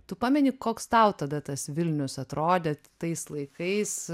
tu pameni koks tau tada tas vilnius atrodė tais laikais